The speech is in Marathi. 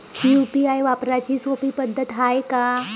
यू.पी.आय वापराची सोपी पद्धत हाय का?